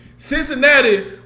Cincinnati